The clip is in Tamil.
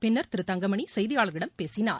பின்னர் திரு தங்கமணி செய்தியாளர்களிடம் பேசினார்